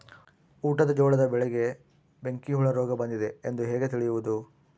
ಊಟದ ಜೋಳದ ಬೆಳೆಗೆ ಬೆಂಕಿ ಹುಳ ರೋಗ ಬಂದಿದೆ ಎಂದು ಹೇಗೆ ತಿಳಿಯುವುದು?